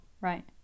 right